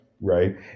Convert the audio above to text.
Right